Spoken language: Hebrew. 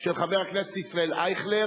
של חבר הכנסת ישראל אייכלר.